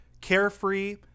Carefree